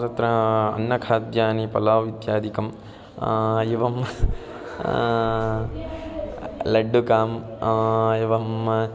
तत्र अन्नखाद्यानि पलाव् इत्यादिकम् एवं लड्डुकम् एवं